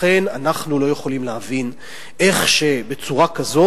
לכן אנחנו לא יכולים להבין איך בצורה כזו